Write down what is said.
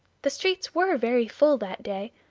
the streets were very full that day,